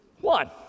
One